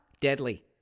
Deadly